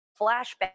flashback